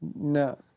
No